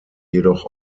jedoch